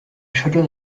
schütteln